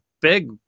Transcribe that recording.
big